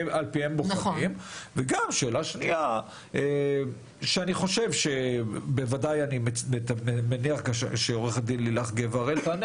שאלה שנייה שאני מניח שעורכת הדין גבע-הראל תענה